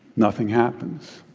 nothing happens.